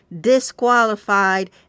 disqualified